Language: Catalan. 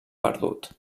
perdut